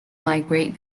migrate